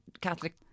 Catholic